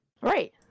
Right